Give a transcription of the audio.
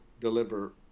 deliver